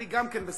אני גם בספק,